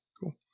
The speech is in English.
Cool